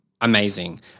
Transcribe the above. amazing